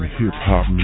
hip-hop